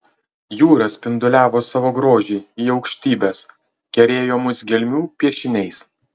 jūra spinduliavo savo grožį į aukštybes kerėjo mus gelmių piešiniais